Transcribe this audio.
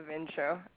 intro